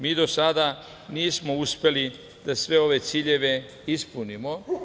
Mi do sada nismo uspeli da sve ove ciljeve ispunimo.